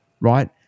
right